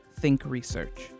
thinkresearch